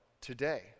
today